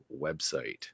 website